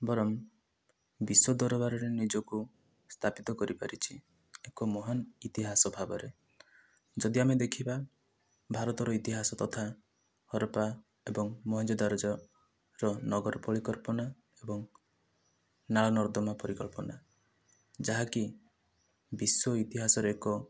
ବରଂ ବିଶ୍ୱ ଦରବାରରେ ନିଜକୁ ସ୍ଥାପିତ କରିପାରିଛି ଏକ ମହାନ ଇତିହାସ ଭାବରେ ଯଦି ଆମେ ଦେଖିବା ଭାରତର ଇତିହାସ ତଥା ହରପ୍ପା ଏବଂ ମହେଞ୍ଜୋଦାରର ଯେଉଁ ନଗର ପରିକଳ୍ପନା ଏବଂ ନାଳନର୍ଦ୍ଦମା ପରିକଳ୍ପନା ଯାହା କି ବିଶ୍ୱ ଇତିହାସରେ ଏକ